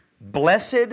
blessed